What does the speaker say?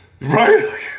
Right